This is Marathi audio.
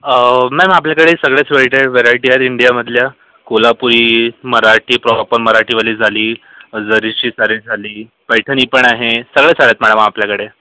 आं मॅम आपल्याकडे सगळ्याच व्हरटी व्हरायटी आहे इंडियामधल्या कोल्हापुरी मराठी प्रॉपर मराठीवाली झाली जरीची साडी झाली पैठणी पण आहे सगळ्या साड्या आहेत मॅडम आपल्याकडे